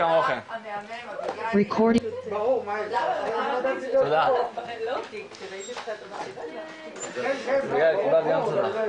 הישיבה ננעלה בשעה 14:10.